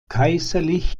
kaiserlich